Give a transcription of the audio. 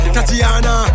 Tatiana